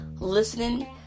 listening